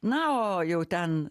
na o jau ten